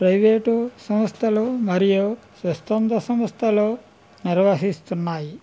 private సంస్థలు మరియు స్వచ్ఛంద స్థంద సంస్థలు నిర్వహిస్తున్నాయి